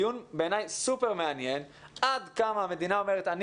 דיון בעיני סופר מעניין עד כמה המדינה אומרת 'אני